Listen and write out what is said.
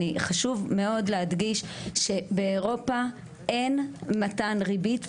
חשוב מאוד להדגיש שבאירופה אין מתן ריבית,